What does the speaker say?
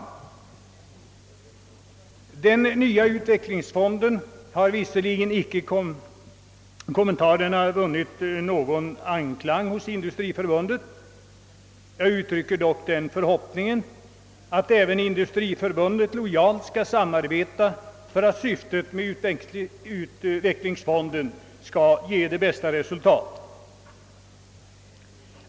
Den nya utvecklingsfonden har visserligen icke rönt något bifall i Industriförbundet. Jag hoppas dock att även Industriförbundet lojalt skall samarbeta för att utvecklingsfonden skall ge bästa möjliga resultat.